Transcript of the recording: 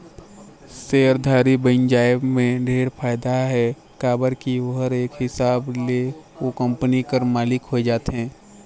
सेयरधारी बइन जाये ले ढेरे फायदा हे काबर की ओहर एक हिसाब ले ओ कंपनी कर मालिक होए जाथे